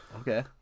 Okay